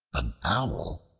an owl,